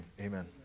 amen